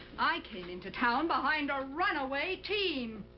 i came into town behind a runaway team!